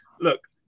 look